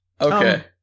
Okay